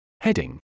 Heading